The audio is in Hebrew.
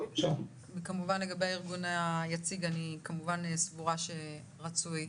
כמובן, אני סבורה שארגון יציג הוא רצוי.